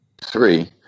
three